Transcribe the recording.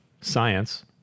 science